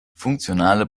funktionale